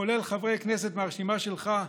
כולל חברי כנסת מהרשימה שלך,